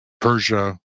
persia